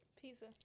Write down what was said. Pizza